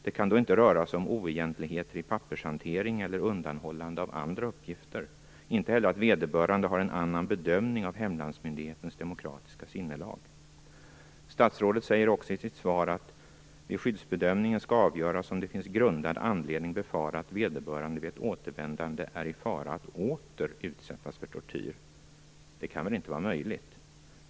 Det kan då inte röra sig om oegentligheter i pappershanteringen eller undanhållande av andra uppgifter, inte heller att vederbörande gör en annan bedömning av hemlandsmyndighetens demokratiska sinnelag. Statsrådet säger också i sitt svar att det avgörande vid skyddsbedömningen är om det finns grundad anledning befara att vederbörande vid ett återvändande är i fara att åter utsättas för tortyr. Det kan väl inte vara möjligt.